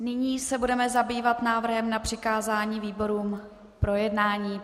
Nyní se budeme zabývat návrhem na přikázání výborům k projednání.